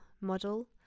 model